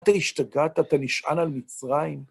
אתה השתגעת? אתה נשען על מצרים?